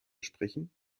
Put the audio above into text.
sprechen